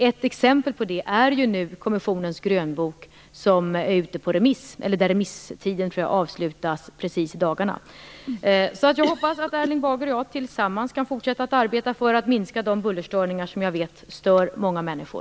Ett exempel på det är kommissionens grönbok där jag tror att remisstiden avslutas precis i dagarna. Jag hoppas att Erling Bager och jag tillsammans kan fortsätta att arbeta för att minska det buller som jag vet stör många människor.